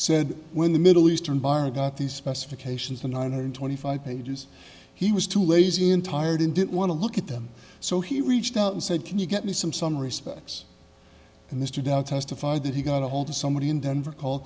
said when the middle eastern bar got the specifications the nine hundred twenty five pages he was too lazy and tired and didn't want to look at them so he reached out and said can you get me some some respects and mr dow testified that he got ahold of somebody in denver call